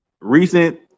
recent